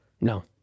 No